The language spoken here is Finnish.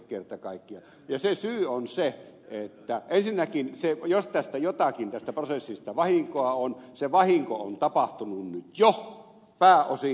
ja se syy on se että ensinnäkin jos tästä prosessista jotakin vahinkoa on se vahinko on tapahtunut nyt jo pääosin